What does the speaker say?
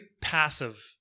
passive